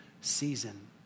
season